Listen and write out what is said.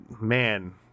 man